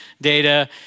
data